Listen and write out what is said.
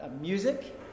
music